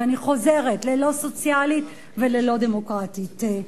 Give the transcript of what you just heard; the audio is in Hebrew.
ואני חוזרת: לא סוציאלית ולא דמוקרטית.